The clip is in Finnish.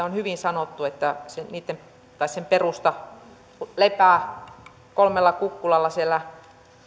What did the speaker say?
on hyvin sanottu että sen perusta lepää kolmella kukkulalla siellä